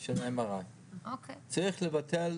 של MRI. צריך לבטל,